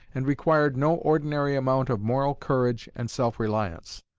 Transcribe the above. and required no ordinary amount of moral courage and self-reliance.